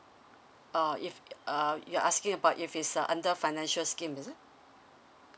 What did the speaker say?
uh if uh you're asking about if it's uh under financial scheme is it